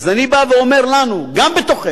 אז אני בא ואומר לנו, גם בתוכנו,